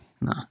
No